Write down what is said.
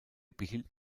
behielt